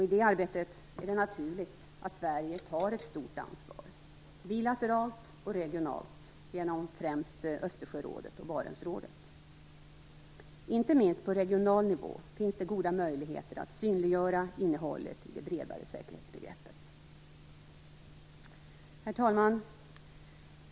I det arbetet är det naturligt att Sverige tar ett stort ansvar, bilateralt och regionalt, genom främst Östersjörådet och Barentsrådet. Inte minst på regional nivå finns det goda möjligheter att synliggöra innehållet i det bredare säkerhetsbegreppet. Herr talman!